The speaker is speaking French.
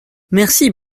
merci